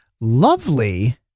lovely